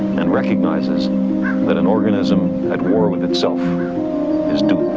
and recognizes that an organism at war with itself is doomed.